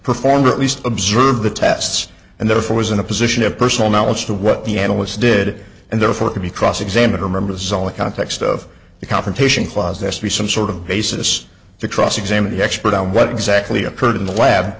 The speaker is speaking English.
performed or at least observe the tests and therefore was in a position of personal knowledge of what the analysts did and therefore could be cross examined remembers all the context of the confrontation clause there's to be some sort of basis to cross examine the expert on what exactly occurred in the lab